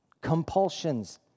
Compulsions